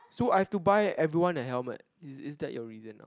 so I have to buy everyone a helmet is is that your reason now